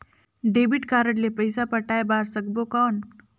Debit card ले पइसा पटाय बार सकबो कौन?